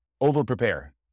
over-prepare